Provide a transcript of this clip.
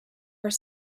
are